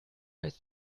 ist